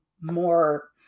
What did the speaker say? more